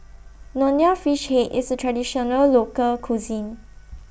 Nonya Fish Head IS A Traditional Local Cuisine